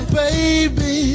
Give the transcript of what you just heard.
baby